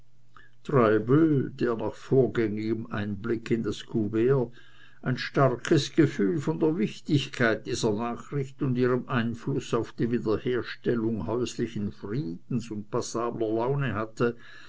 der nach vorgängigem einblick in das couvert ein starkes gefühl von der wichtigkeit dieser nachricht und ihrem einfluß auf die wiederherstellung häuslichen friedens und passabler laune hatte